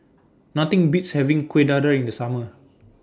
Nothing Beats having Kueh Dadar in The Summer